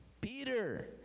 Peter